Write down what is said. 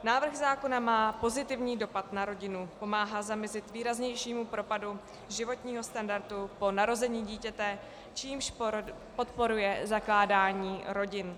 Návrh zákona má pozitivní dopad na rodinu, pomáhá zamezit výraznějšímu propadu životního standardu po narození dítěte, čímž podporuje zakládání rodin.